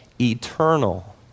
eternal